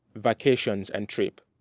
vacations, and trip,